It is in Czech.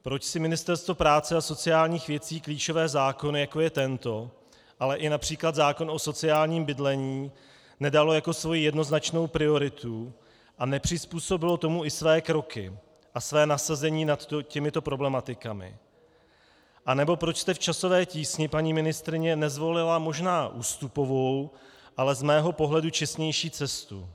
Proč si Ministerstvo práce a sociálních věcí klíčové zákony, jako je tento, ale například i zákon o sociálním bydlení, nedalo jako svoji jednoznačnou prioritu a nepřizpůsobilo tomu i své kroky a své nasazení nad těmito problematikami, anebo proč jste v časové tísni, paní ministryně, nezvolila možná ústupovou, ale z mého pohledu čestnější cestu.